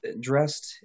Dressed